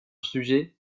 sujet